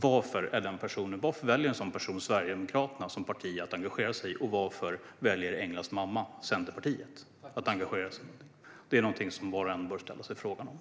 Varför väljer en sådan person Sverigedemokraterna som parti att engagera sig i? Och varför väljer Englas mamma Centerpartiet att engagera sig i? Det är någonting som var och en bör fråga sig.